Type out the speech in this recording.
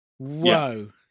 Whoa